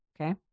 Okay